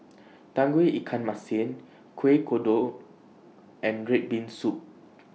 Tauge Ikan Masin Kueh Kodok and Red Bean Soup